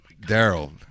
Daryl